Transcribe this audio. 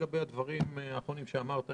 לגבי הדברים האחרונים שאמרת,